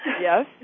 Yes